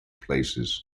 places